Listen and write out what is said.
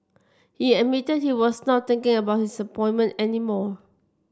he admitted he was not thinking about his appointment any more